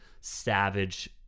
savage